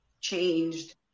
changed